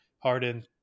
Harden